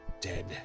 dead